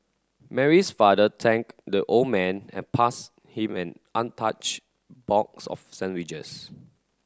Mary's father thanked the old man and passed him an untouched box of sandwiches